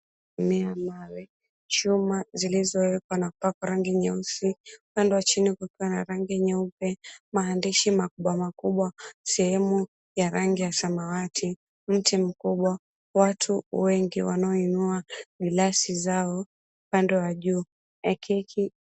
Mia mawe, chuma zilizowekwa na kupakwa rangi nyeusi. Upande wa chini kukiwa na rangi nyeupe. Maandishi makubwa makubwa, sehemu ya rangi ya samawati, mti mkubwa, watu wengi wanaoinua gilasi zao upande wa juu. Na keki.